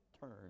turn